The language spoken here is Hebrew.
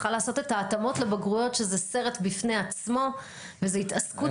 צריכה לעשות את ההתאמות לבגרויות שזה סרט בפני עצמו וזו התעסקות מלאה.